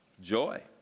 joy